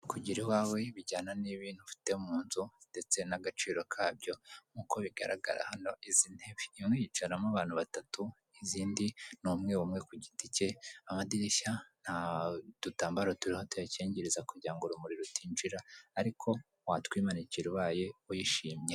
Kugira iwawe bijyana n'ibintu ufite mu nzu ndetse n'agaciro kabyo nkuko bigaragara hano izi ntebe, umwe yicaramo abantu batatu, izindi ni umwe umwe ku giti cye, amadirishya nta dutambaro turiho tuyacyingiriza kugira ngo urumuri rutinjira, ariko watwimanikira ubaye uyishimye.